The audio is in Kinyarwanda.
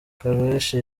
karrueche